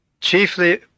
chiefly